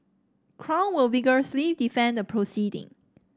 crown will vigorously defend the proceeding